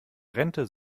rente